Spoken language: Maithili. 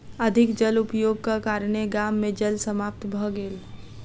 अधिक जल उपयोगक कारणेँ गाम मे जल समाप्त भ गेल